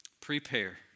Prepare